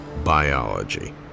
biology